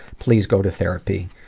please go to therapy.